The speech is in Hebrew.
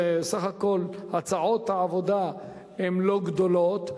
שסך הכול הצעות העבודה שם הן לא רבות,